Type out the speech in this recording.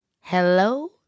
hello